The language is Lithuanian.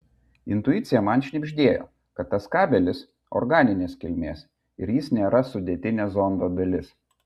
intuicija man šnibždėjo kad tas kabelis organinės kilmės ir jis nėra sudėtinė zondo dalis